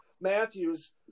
Matthews